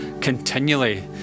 continually